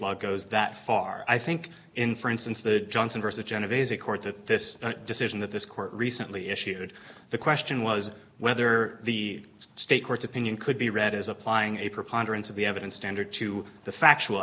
law goes that far i think in for instance the johnson versus genevese court that this decision that this court recently issued the question was whether the state court's opinion could be read as applying a preponderance of the evidence standard to the factual